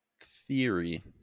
theory